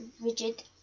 rigid